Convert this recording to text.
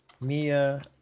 Mia